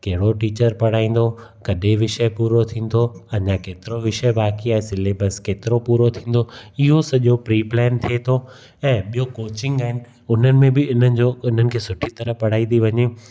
कहिड़ो टीचर पढ़ाईंदो कॾहिं विषय पूरो थींदो अञा केतिरी विषय बाक़ी आहे सिलेबस केतिरो पूरो थींदो इहो सॼो प्री प्लैन थिए थो ऐं ॿियों कोचिंग आहिनि उन्हनि में बि इन्हनि जो उन्हनि खे सुठी तरह पढ़ाई थी वञे